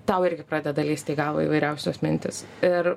tau irgi pradeda lįsti į galvą įvairiausios mintys ir